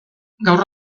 gaur